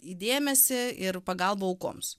į dėmesį ir pagalba aukoms